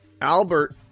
Albert